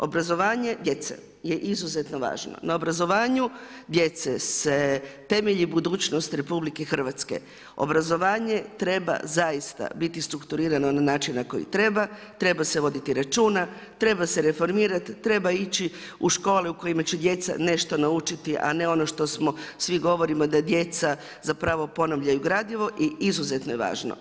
Obrazovanje djece je izuzetno važno, na obrazovanju djece se temelji budućnost RH, obrazovanje treba biti zaista strukturirano na način na koji treba, treba se voditi računa, treba se reformirati, treba ići u škole u kojima će djeca nešto naučiti, a ne ono što smo, svi govorimo da djeca zapravo ponavljaju gradivo i izuzetno je važno.